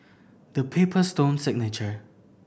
The Paper Stone Signature